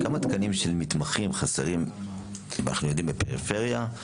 כמה תקנים של מתמחים אנחנו יודעים שחסרים בפריפריה,